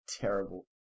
terrible